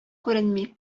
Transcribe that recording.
күренми